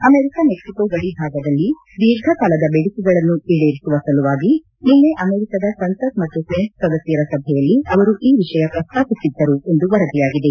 America Mexico ಗಡಿ ಭಾಗದಲ್ಲಿ ದೀರ್ಘಕಾಲದ ಬೇಡಿಕೆಗಳನ್ನು ಈಡೇರಿಸುವ ಸಲುವಾಗಿ ನಿನ್ನೆ ಅಮೆರಿಕಾದ ಸಂಸತ್ ಮತ್ತು ಸೆನೆಟ್ ಸದಸ್ಯರ ಸಭೆಯಲ್ಲಿ ಅವರು ಈ ವಿಷಯ ಪ್ರಸ್ತಾಪಿಸಿದ್ದರು ಎಂದು ವರದಿಯಾಗಿದೆ